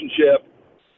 relationship